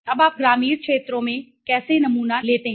अब आप ग्रामीण क्षेत्रों में कैसे नमूना लेते हैं